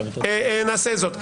נעשה זאת.